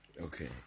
Okay